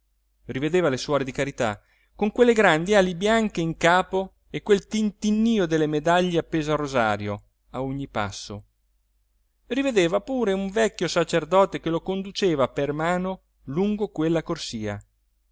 rivedeva le suore di carità con quelle grandi ali bianche in capo e quel tintinnio delle medaglie appese al rosario a ogni passo rivedeva pure un vecchio sacerdote che lo conduceva per mano lungo quella corsia